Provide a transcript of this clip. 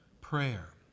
prayer